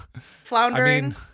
floundering